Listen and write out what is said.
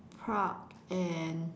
Prague and